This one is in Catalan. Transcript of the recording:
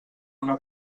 una